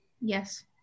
Yes